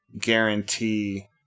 guarantee